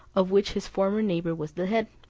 of which his former neighbour was the head,